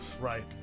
Right